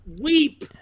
weep